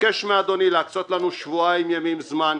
מבקש מאדוני להקצות לנו שבועיים ימים זמן,